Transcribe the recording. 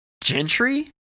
Gentry